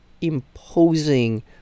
imposing